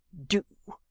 do!